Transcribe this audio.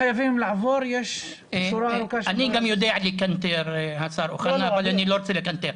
אני גם יודע לקנטר, אבל אני לא רוצה לקנטר.